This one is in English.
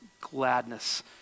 gladness